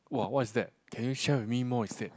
whoa what is that can you share with me more instead